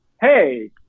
Hey